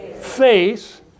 face